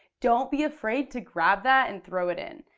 don't be afraid to grab that and throw it in.